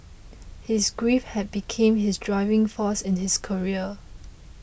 his grief had become his driving force in his career